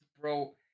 bro